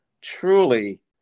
truly